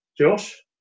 Josh